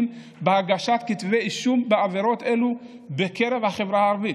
בהגשת כתבי אישום בעבירות אלו בקרב החברה הערבית,